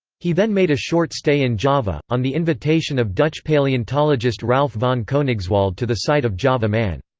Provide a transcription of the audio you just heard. he then made a short stay in java, on the invitation of dutch paleontologist ralph von koenigswald to the site of java man.